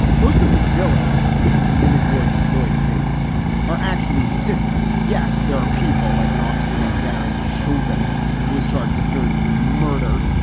most of the villains in the george floyd case are actually systems. yes, there are people like an officer named darren shoven who is charged with third degree murder.